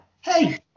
hey